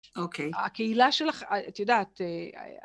אוקיי. הקהילה שלך, את יודעת אה...